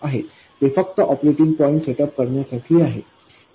हे फक्त operating point setup करण्यासाठी आहे